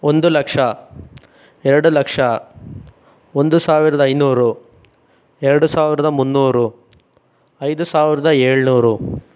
ಒಂದು ಲಕ್ಷ ಎರಡು ಲಕ್ಷ ಒಂದು ಸಾವಿರದ ಐನೂರು ಎರಡು ಸಾವಿರದ ಮುನ್ನೂರು ಐದು ಸಾವಿರದ ಏಳ್ನೂರು